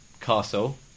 Castle